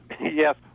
Yes